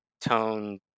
tone